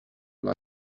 like